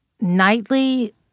Nightly